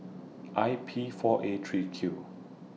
I P four A three Q